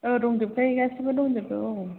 औ दंजोबखायो गासैबो दंजोबो औ